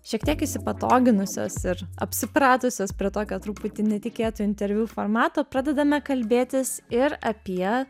šiek tiek įsipatoginusios ir apsipratusios prie tokio truputį netikėto interviu formato pradedame kalbėtis ir apie